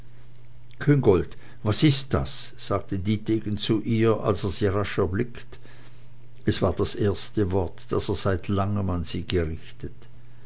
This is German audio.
küngolt was ist das sagte dietegen zu ihr als er sie rasch erblickt es war das erste wort das er seit langem an sie gerichtet